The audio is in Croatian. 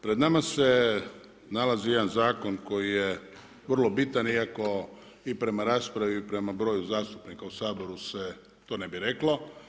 Pred nama se nalazi jedan zakon koji je vrlo bitan, iako i prema raspravi i prema broju zastupnika u Saboru se to ne bi reklo.